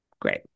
Great